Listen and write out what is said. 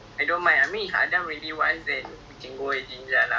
!alamak! apa jadi